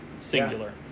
singular